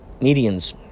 medians